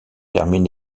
termine